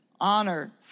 honor